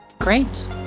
Great